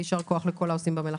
ויישר כוח לכל העושים במלאכה.